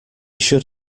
should